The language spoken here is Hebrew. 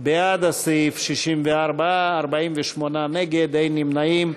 בעד הסעיף, 64, 48 נגד, אין נמנעים.